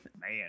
Man